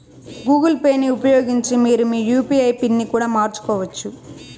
Google పేని ఉపయోగించి మీరు మీ యూ.పీ.ఐ పిన్ ని కూడా మార్చుకోవచ్చు